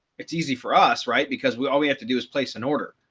it's easy for us, right? because we all we have to do is place an order,